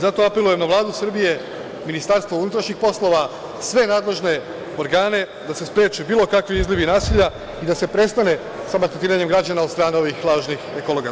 Zato apelujem na Vladu Srbije, Ministarstvo unutrašnjih poslova, sve nadležne organe, da se spreče bilo kakvi izlivi nasilja i da se prestane sa maltretiranjem građana od strane ovih lažnih ekologa.